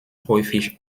häufig